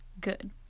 good